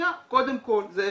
זה אחד.